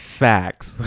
facts